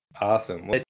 Awesome